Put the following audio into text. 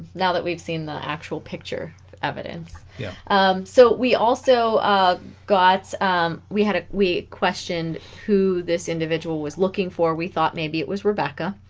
now that we've seen the actual picture evidence yeah so we also got we had a we questioned this individual was looking for we thought maybe it was rebekah